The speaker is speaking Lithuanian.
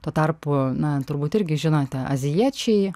tuo tarpu na turbūt irgi žinote azijiečiai